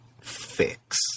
fix